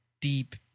deep